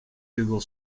google